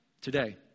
Today